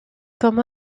comme